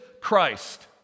Christ